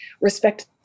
respect